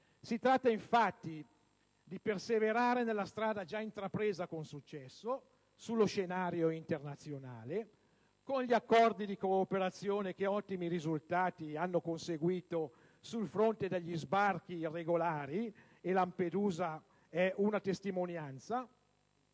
Si tratta, infatti, di perseverare nella strada già intrapresa con successo sullo scenario internazionale con gli accordi di cooperazione, che ottimi risultati hanno conseguito sul fronte degli sbarchi irregolari - Lampedusa ne è una testimonianza